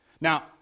Now